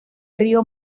río